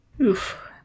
Oof